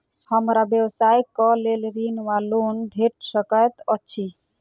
हमरा व्यवसाय कऽ लेल ऋण वा लोन भेट सकैत अछि?